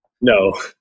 No